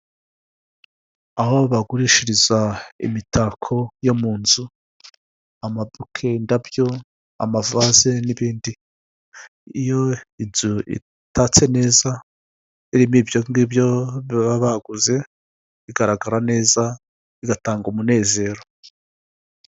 Aho bagurishiriza imitako yo munzu, amabuke, indabyo amavaze nibindi, iyo inzu itatse neza irimo ibyo ngibyo baba baguze, bigaragara neza bigatanga umunezero.